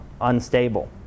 unstable